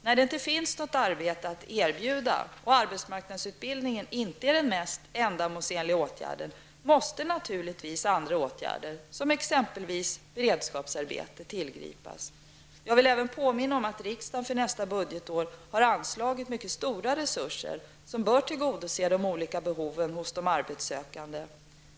När det inte finns något arbete att erbjuda och arbetsmarknadsutbildning inte är den mest ändamålsenliga åtgärden, måste naturligtvis andra åtgärder som exempelvis beredskapsarbete tillgripas. Jag vill även påminna om att riksdagen för nästa budgetår har anslagit mycket stora resurser som bör tillgodose de olika behoven hos de arbetssökande.